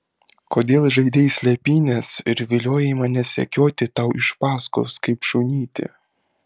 kodėl žaidei slėpynes ir viliojai mane sekioti tau iš paskos kaip šunytį